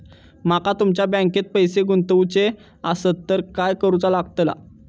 माका तुमच्या बँकेत पैसे गुंतवूचे आसत तर काय कारुचा लगतला?